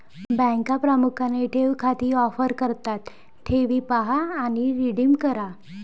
बँका प्रामुख्याने ठेव खाती ऑफर करतात ठेवी पहा आणि रिडीम करा